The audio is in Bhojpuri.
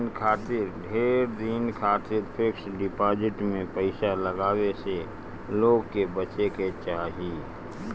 ढेर दिन खातिर फिक्स डिपाजिट में पईसा लगावे से लोग के बचे के चाही